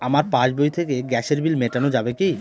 আমার পাসবই থেকে গ্যাসের বিল মেটানো যাবে কি?